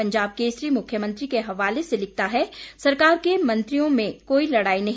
पंजाब केसरी मुख्यमंत्री के हवाले से लिखता है सरकार के मंत्रियों में कोई लड़ाई नहीं